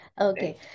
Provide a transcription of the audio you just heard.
okay